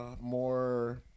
more